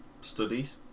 studies